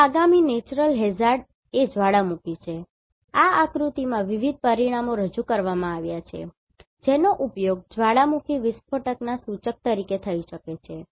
હવે આગામી natural hazard એ જ્વાળામુખી છે આ આકૃતિમાં વિવિધ પરિમાણો રજૂ કરવામાં આવ્યા છે જેનો ઉપયોગ જ્વાળામુખી વિસ્ફોટના સૂચક તરીકે થઈ શકે છે